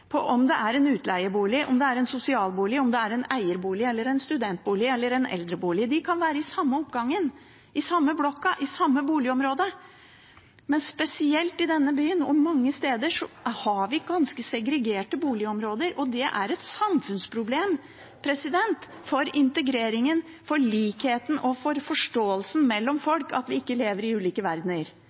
på om det er en utleiebolig, om det er en sosialbolig, om det er en eierbolig, en studentbolig eller en eldrebolig. De kan være i samme oppgangen, i samme blokka, i samme boligområdet. Men spesielt i denne byen, og mange andre steder, har vi ganske segregerte boligområder, og det er et samfunnsproblem for integreringen, for likheten og for forståelsen mellom folk at vi lever i ulike